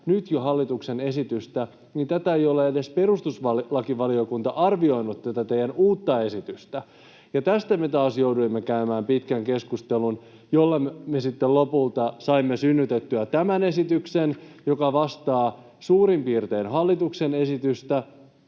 tätä teidän uutta esitystänne ei ole edes perustuslakivaliokunta arvioinut. Ja tästä me taas jouduimme käymään pitkän keskustelun, jolloin me sitten lopulta saimme synnytettyä tämän esityksen, joka vastaa suurin piirtein hallituksen esitystä